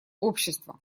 общества